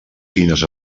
quines